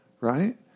right